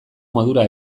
modura